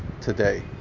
today